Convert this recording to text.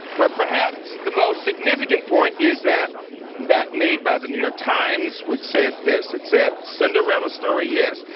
but perhaps the most significant point is that that made by the new york times which said this, it said, cinderella story, yes.